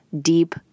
deep